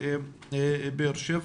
בוקר טוב